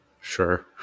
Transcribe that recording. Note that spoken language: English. sure